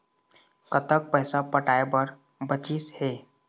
कतक पैसा पटाए बर बचीस हे?